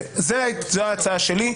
זו ההצעה שלי.